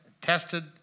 tested